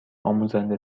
آموزنده